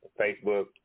Facebook